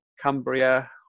Cumbria